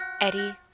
Eddie